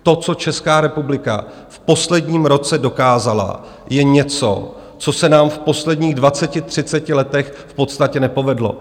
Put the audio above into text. To, co Česká republika v posledním roce dokázala, je něco, co se nám v posledních dvaceti třiceti letech v podstatě nepovedlo.